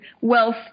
wealth